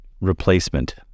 replacement